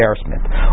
embarrassment